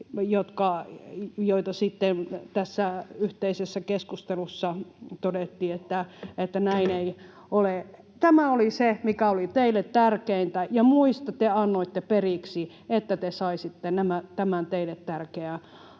joista sitten yhteisessä keskustelussa todettiin, että näin ei ole. Tämä oli se, mikä oli teille tärkeintä, ja muissa te annoitte periksi, että te saisitte tämän teille tärkeän